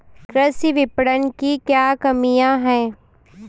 कृषि विपणन की क्या कमियाँ हैं?